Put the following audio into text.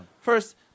first